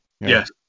Yes